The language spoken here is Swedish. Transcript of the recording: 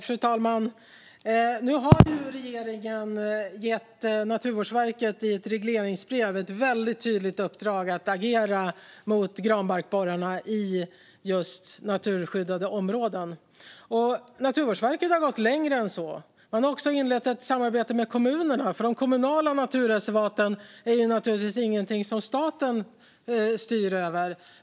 Fru talman! Nu har ju regeringen i ett regleringsbrev gett Naturvårdsverket ett väldigt tydligt uppdrag att agera mot granbarkborrarna i naturskyddade områden. Och Naturvårdsverket har gått längre än så. Man har också inlett ett samarbete med kommunerna, för de kommunala naturreservaten är naturligtvis ingenting som staten styr över.